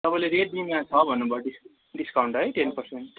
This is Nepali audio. तपाईँले रेडमीमा छ भन्नुभयो डिस डिस्कउन्ट है टेन पर्सेन्ट